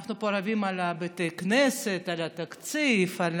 אנחנו פה רבים על בתי כנסת, על התקציב, על